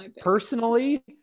Personally